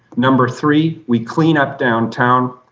number three, we clean up downtown.